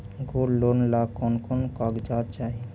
Gold loan ला कौन कौन कागजात चाही?